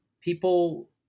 people